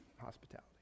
hospitality